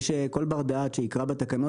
כל בר דעת שיקרא בתקנות,